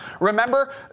Remember